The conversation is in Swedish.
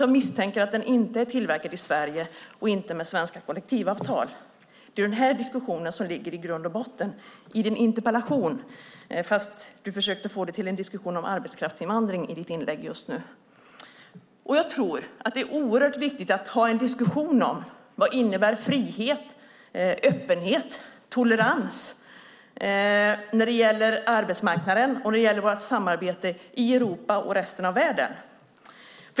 Jag misstänker att den inte är tillverkad i Sverige och inte med svenska kollektivavtal. Det är denna diskussion som ligger i grund och botten i din interpellation fast du försökte få det till en diskussion om arbetskraftsinvandring i ditt inlägg just nu. Jag tror att det är oerhört viktigt att ta en diskussion om vad frihet, öppenhet och tolerans innebär när det gäller arbetsmarknaden och när det gäller vårt samarbete i Europa och resten av världen.